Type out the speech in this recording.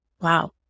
Wow